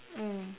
mm